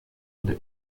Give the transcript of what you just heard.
oder